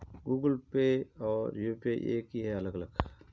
Google pay और UPI एक ही है या अलग?